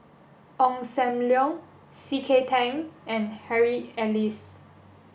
Ong Sam Leong C K Tang and Harry Elias